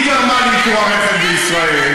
היא גרמה לייקור המכס בישראל,